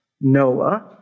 Noah